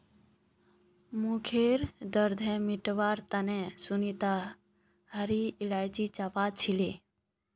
मुँहखैर दुर्गंध मिटवार तने सुनीता हरी इलायची चबा छीले